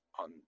on